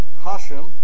Hashem